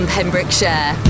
Pembrokeshire